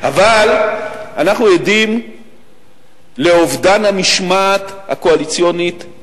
אבל אנחנו עדים לאובדן המשמעת הקואליציונית,